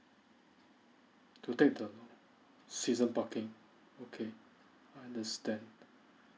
to take the season parking okay I understand